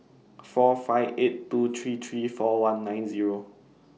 four five eight two three three four one nine Zero